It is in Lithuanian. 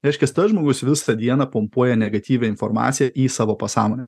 reiškias tas žmogus visą dieną pompuoja negatyvią informaciją į savo pasąmonę